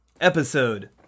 episode